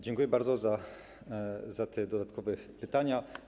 Dziękuję bardzo za te dodatkowe pytania.